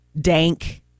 Dank